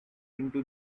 into